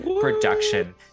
production